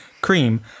Cream